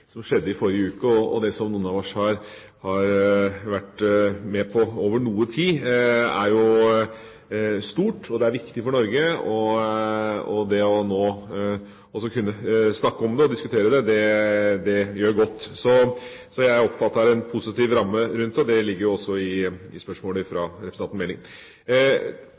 som skjedde i forrige uke, og det som noen av oss har vært med på over noe tid, er stort, og det er viktig for Norge. Det å nå også kunne snakke om det og diskutere det, gjør godt. Jeg oppfatter at det er en positiv ramme rundt dette, og det ligger jo også i spørsmålet fra representanten